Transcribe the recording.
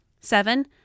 Seven